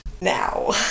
now